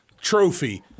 trophy—